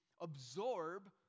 absorb